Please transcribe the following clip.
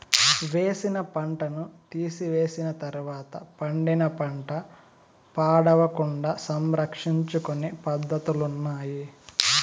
వేసిన పంటను తీసివేసిన తర్వాత పండిన పంట పాడవకుండా సంరక్షించుకొనే పద్ధతులున్నాయి